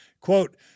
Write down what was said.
quote